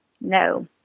No